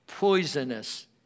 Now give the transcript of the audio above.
poisonous